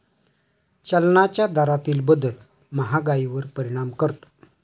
चलनाच्या दरातील बदल महागाईवर परिणाम करतो